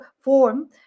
form